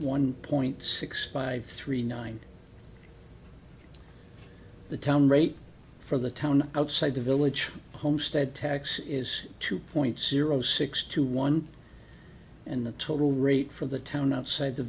one point six five three nine the town rate for the town outside the village homestead tax is two point zero six to one and the total rate for the town outside the